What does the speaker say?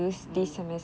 mm